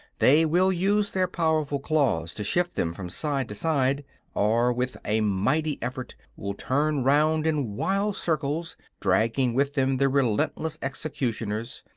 they will use their powerful claws to shift them from side to side or, with a mighty effort, will turn round in wild circles, dragging with them the relentless executioners,